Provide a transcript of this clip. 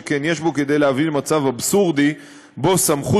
שכן יש בו כדי להביא למצב אבסורדי שבו סמכות